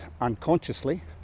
unconsciously